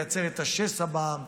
לייצר את השסע בעם.